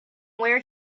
where